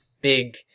big